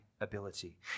ability